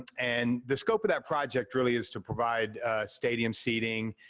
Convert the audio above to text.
and the scope of that project really is to provide stadium seating,